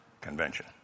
convention